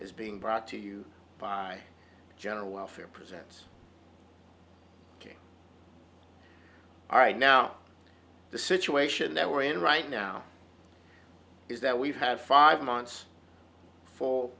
is being brought to you by general welfare present king all right now the situation that we're in right now is that we've had five months f